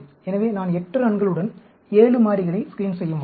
எனவே நான் 8 ரன்களுடன் 7 மாறிகளை ஸ்க்ரீன் செய்ய முடியும்